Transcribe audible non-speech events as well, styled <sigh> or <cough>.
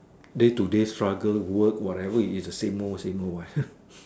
day to day struggle work whatever it is the same old same old one ha <noise>